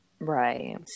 Right